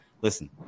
Listen